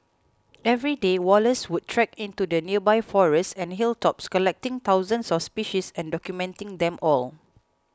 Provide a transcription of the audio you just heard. every day Wallace would trek into the nearby forests and hilltops collecting thousands of species and documenting them all